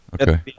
Okay